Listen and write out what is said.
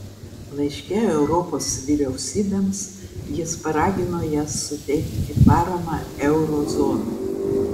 laiške europos vyriausybėms jis paragino jas suteikti paramą euro zonai